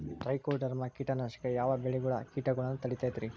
Trichoderma ಕೇಟನಾಶಕ ಯಾವ ಬೆಳಿಗೊಳ ಕೇಟಗೊಳ್ನ ತಡಿತೇತಿರಿ?